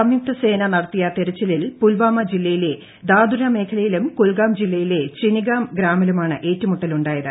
സംയുക്ത സേന നടത്തിയ തെരച്ചിലിൽ പുൽവാമ ജില്ലയിലെ ദാദുര മേഖലയിലും കുൽഗാം ജില്ലയിലെ ചിനിഗാം ഗ്രാമത്തിലുമാണ് ഏറ്റുമുട്ടലുണ്ടായത്